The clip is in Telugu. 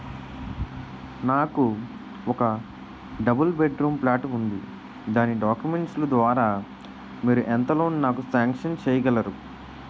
నాకు ఒక డబుల్ బెడ్ రూమ్ ప్లాట్ ఉంది దాని డాక్యుమెంట్స్ లు ద్వారా మీరు ఎంత లోన్ నాకు సాంక్షన్ చేయగలరు?